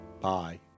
Bye